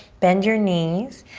bend your knees.